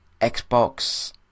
Xbox